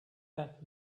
that